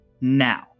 now